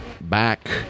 back